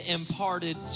imparted